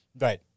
Right